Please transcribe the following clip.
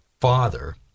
father